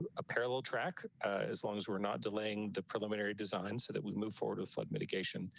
ah a parallel track as long as we're not delaying the preliminary design so that we move forward with flood mitigation.